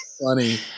funny